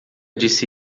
disse